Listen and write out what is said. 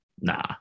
nah